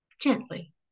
gently